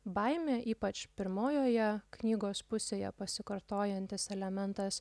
baimė ypač pirmojoje knygos pusėje pasikartojantis elementas